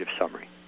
summary